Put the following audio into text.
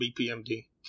BPMD